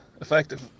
effective